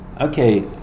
okay